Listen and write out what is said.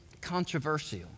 controversial